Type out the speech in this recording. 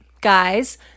guys